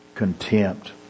contempt